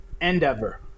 Endeavor